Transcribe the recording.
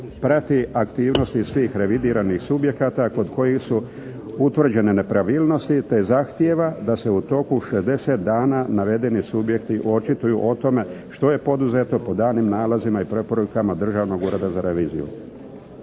prati aktivnosti svih revidiranih subjekata kod kojih su utvrđene nepravilnosti te zahtjeva da se u toku 60 dana navedeni subjekti očituju o tome što je poduzeto po danim nalazima i preporukama Državnog ureda za reviziju.